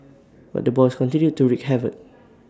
but the boys continued to wreak havoc